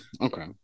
Okay